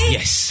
Yes